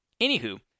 Anywho